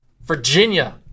Virginia